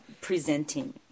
presenting